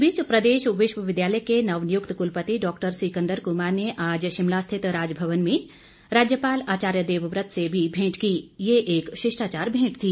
इस बीच प्रदेश विश्वविद्यालय के नवनियुक्त कुलपति डॉक्टर सिकंदर कुमार ने आज शिमला स्थित राजभवन में राज्यपाल आचार्य देवव्रत से भी भेंट की ये एक शिष्टाचार भेंट थी